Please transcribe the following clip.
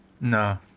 No